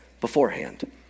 beforehand